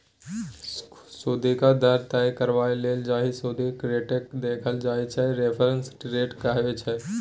सुदिक दर तय करबाक लेल जाहि सुदि रेटकेँ देखल जाइ छै रेफरेंस रेट कहाबै छै